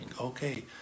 Okay